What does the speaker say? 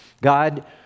God